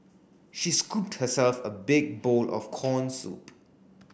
she scooped herself a big bowl of corn soup